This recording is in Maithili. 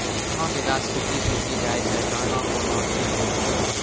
चना के गाछ सुखी सुखी जाए छै कहना को ना ठीक हो छै?